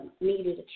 needed